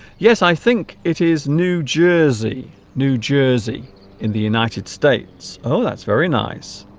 yes i think it is new jersey new jersey in the united states oh that's very nice